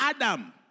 Adam